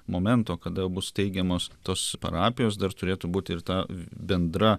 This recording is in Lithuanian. momento kada jau bus teigiamos tos parapijos dar turėtų būti ir ta bendra